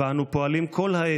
ואנו פועלים כל העת,